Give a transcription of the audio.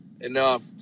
enough